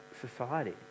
society